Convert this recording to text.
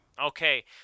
Okay